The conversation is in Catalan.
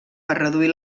reduir